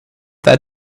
that